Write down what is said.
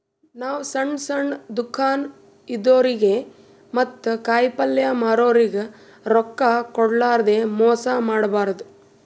ನಾವ್ ಸಣ್ಣ್ ಸಣ್ಣ್ ದುಕಾನ್ ಇದ್ದೋರಿಗ ಮತ್ತ್ ಕಾಯಿಪಲ್ಯ ಮಾರೋರಿಗ್ ರೊಕ್ಕ ಕೋಡ್ಲಾರ್ದೆ ಮೋಸ್ ಮಾಡಬಾರ್ದ್